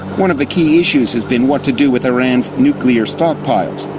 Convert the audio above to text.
one of the key issues has been what to do with iran's nuclear stockpiles.